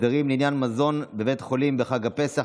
(הסדרים לעניין מזון בבית חולים בחג הפסח),